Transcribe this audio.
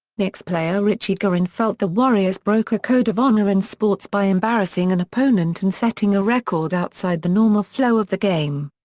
knicks' player richie guerin felt the warriors broke a code of honor in sports by embarrassing an and opponent and setting a record outside the normal flow of the game.